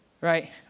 right